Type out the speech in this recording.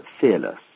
fearless